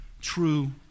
true